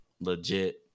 legit